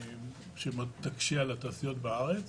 שמאד תקשה על התעשיות בארץ,